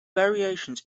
variations